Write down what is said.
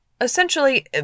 essentially